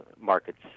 markets